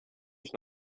ich